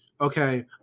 Okay